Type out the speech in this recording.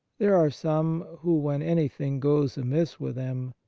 there are some who, when any thing goes amiss with them,